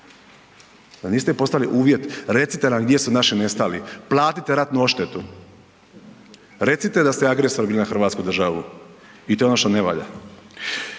Da niste im postavili uvjet, recite nam gdje su naši nestali, platite ratnu odštetu, recite da ste agresor bili na hrvatsku državu i to je ono što ne valja.